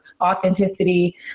authenticity